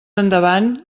endavant